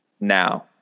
now